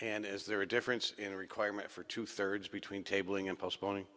and is there a difference in the requirement for two thirds between tabling and postponing